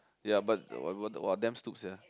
ya but but !wah! damn stoop sia